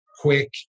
quick